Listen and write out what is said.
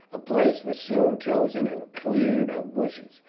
a place was soon chosen and cleared of bushes.